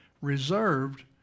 reserved